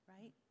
right